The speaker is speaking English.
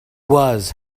was